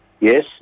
Yes